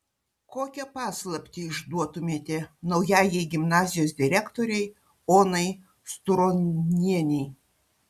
kokią paslaptį išduotumėte naujajai gimnazijos direktorei onai sturonienei